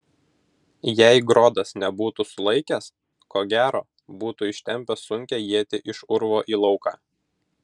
jei grodas nebūtų sulaikęs ko gero būtų ištempęs sunkią ietį iš urvo į lauką